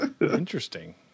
Interesting